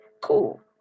Cool